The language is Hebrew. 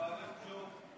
גברתי השרה,